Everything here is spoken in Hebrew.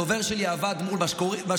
הדובר שלי עבד מול משרוקית,